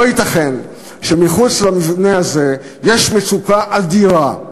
לא ייתכן שמחוץ למבנה הזה יש מצוקה אדירה,